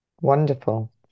Wonderful